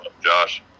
Josh